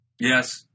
Yes